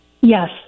Yes